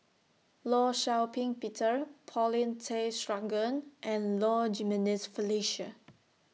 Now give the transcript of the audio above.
law Shau Ping Peter Paulin Tay Straughan and Low Jimenez Felicia